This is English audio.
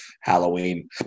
Halloween